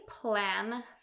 plan